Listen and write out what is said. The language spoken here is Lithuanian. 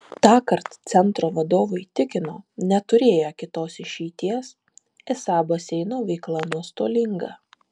tąkart centro vadovai tikino neturėję kitos išeities esą baseino veikla nuostolinga